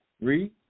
Read